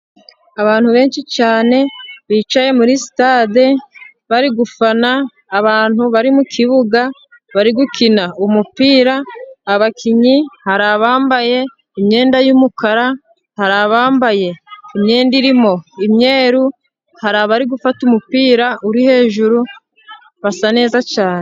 Abantu benshi cyane bicaye muri sitade, bari gufana abantu bari mukibuga bari gukina umupira, abakinnyi hari abambaye imyenda y'umukara, hari abambaye imyenda irimo imyeru, hari abari gufata umupira uri hejuru basa neza cyane.